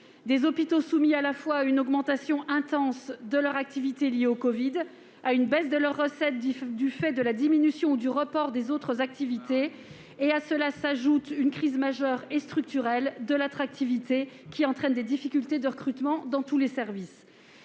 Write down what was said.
sont confrontés à la fois à une augmentation importante de leur activité, liée à l'épidémie, et à une baisse de leurs recettes du fait de la diminution ou du report des autres activités. À cela s'ajoute une crise majeure et structurelle de leur attractivité, à l'origine de difficultés de recrutement dans tous les services.